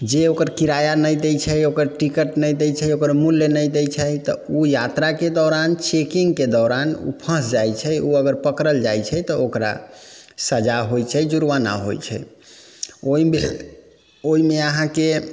जे ओकर किराया नहि दै छै ओकर टिकट नहि दै छै ओकर मूल्य नहि दै छै तऽ उ यात्राके दौरान चेकिङ्गके दौरान उ फँसि जाइ छै उ अगर पकड़ल जाइ छै तऽ ओकरा सजा होइ छै जुड़वाना होइ छै ओइमे ओइमे अहाँके